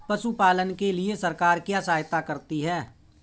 पशु पालन के लिए सरकार क्या सहायता करती है?